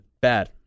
bad